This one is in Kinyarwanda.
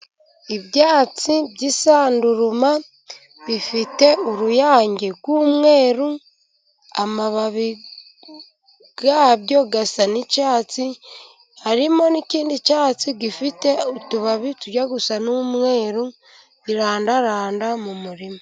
Ibyatsi by'isanduruma bifite uruyange rw'umweru, amababi yabyo asa n'icyatsi, harimo n'ikindi cyatsi gifite utubabi tujya gusa n'umweru, birandaranda mu murima.